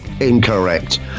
incorrect